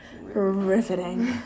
riveting